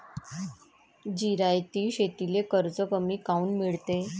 जिरायती शेतीले कर्ज कमी काऊन मिळते?